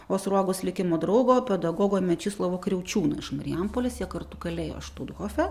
o sruogos likimo draugo pedagogo mečislovo kriaučiūno iš marijampolės jie kartu kalėjo štuthofe